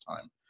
time